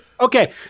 Okay